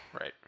right